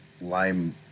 lime